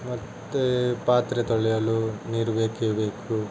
ಮತ್ತು ಪಾತ್ರೆ ತೊಳೆಯಲು ನೀರು ಬೇಕೇ ಬೇಕು